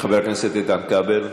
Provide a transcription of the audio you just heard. חבר הכנסת איתן כבל,